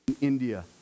India